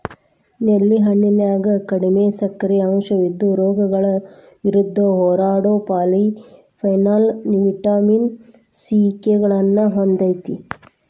ನೇಲಿ ಹಣ್ಣಿನ್ಯಾಗ ಕಡಿಮಿ ಸಕ್ಕರಿ ಅಂಶವಿದ್ದು, ರೋಗಗಳ ವಿರುದ್ಧ ಹೋರಾಡೋ ಪಾಲಿಫೆನಾಲ್, ವಿಟಮಿನ್ ಸಿ, ಕೆ ಗಳನ್ನ ಹೊಂದೇತಿ